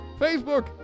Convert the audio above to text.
Facebook